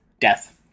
death